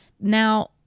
now